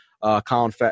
Colin